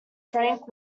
frank